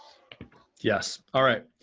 yes. all right.